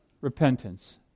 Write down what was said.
repentance